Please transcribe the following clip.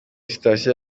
sitasiyo